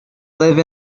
live